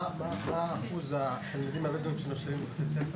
מה אחוז התלמידים הבדואים שנושרים מבתי הספר?